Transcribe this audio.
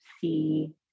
see